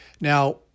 Now